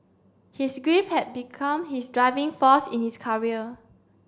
his grief had become his driving force in his career